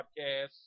Podcasts